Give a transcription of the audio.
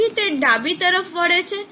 તેથી તે ડાબી તરફ વળે છે